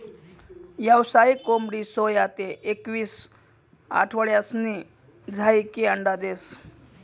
यावसायिक कोंबडी सोया ते एकवीस आठवडासनी झायीकी अंडा देस